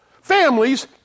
families